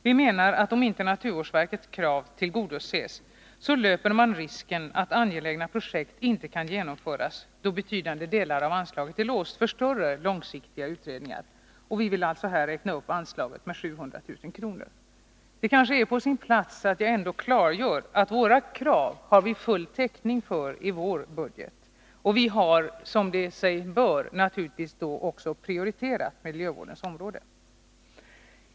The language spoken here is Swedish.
Vi menar, att om inte naturvårdsverkets krav tillgodoses, löper man risken att angelägna projekt inte kan genomföras, då betydande delar av anslaget är låsta för större, långsiktiga utredningar. Vi vill alltså räkna upp anslaget med 700 000 kr. Det är kanske på sin plats att jag klargör att vi har full täckning för våra Nr 107 krav i vår budget, och vi har, som sig bör, naturligtvis också prioriterat miljövårdens område.